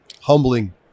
Humbling